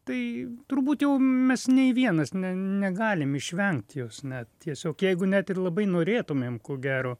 tai turbūt jau mes nei vienas ne negalim išvengti jos na tiesiog jeigu net ir labai norėtumėm ko gero